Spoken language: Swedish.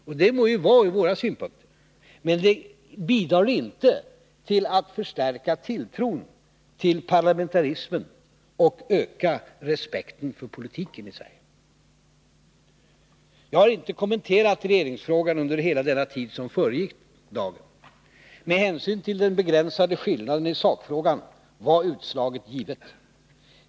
Och det må vara, sett ur vår synpunkt, men det bidrar inte till att förstärka tilltron till parlamentarismen och öka respekten för politiken. Jag har inte kommenterat regeringsfrågan under hela den tid som föregått dagens debatt. Med hänsyn till den begränsade skillnaden i sakfrågan var utslaget givet.